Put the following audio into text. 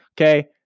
Okay